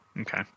Okay